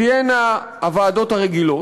תהיינה הוועדות הרגילות,